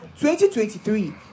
2023